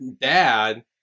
dad